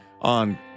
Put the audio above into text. on